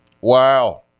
Wow